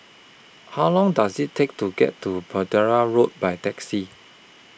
How Long Does IT Take to get to Road By Taxi